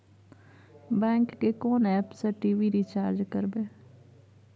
Bank के कोन app से टी.वी रिचार्ज करबे?